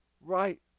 right